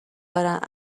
دارند